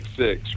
six